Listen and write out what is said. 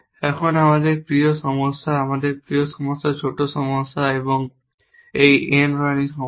এখন আমাদের প্রিয় সমস্যা আমাদের প্রিয় সমস্যা ছোট সমস্যা এই N রাণী সমস্যা